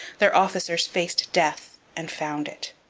their officers faced death and found it.